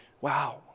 Wow